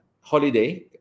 holiday